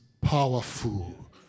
powerful